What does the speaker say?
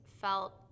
felt